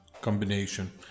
combination